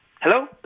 Hello